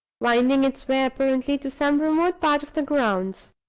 winding its way apparently to some remote part of the grounds.